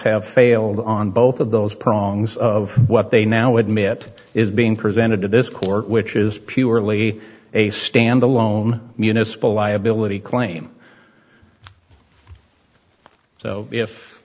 have failed on both of those prongs of what they now admit is being presented to this court which is purely a stand alone municipal liability claim so if